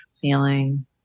feeling